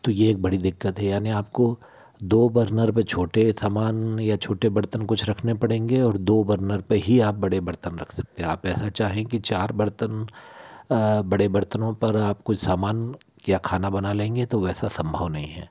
तो ये एक बड़ी दिक्कत है यानि आपको दो बर्नर पे छोटे समान या छोटे बर्तन कुछ रखने पड़ेंगे और दो बर्नर पे ही आप बड़े बर्तन रख सकते है आप ऐसा चाहें कि चार बर्तन बड़े बर्तनों पर आप कोई सामान या खाना बना लेंगे तो वैसा संभव नहीं है